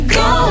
go